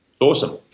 awesome